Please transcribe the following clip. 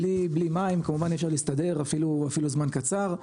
בלי מים כמובן אפשר להסתדר אפילו זמן קצר,